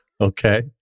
Okay